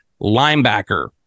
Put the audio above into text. Linebacker